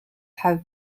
have